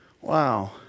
wow